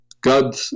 God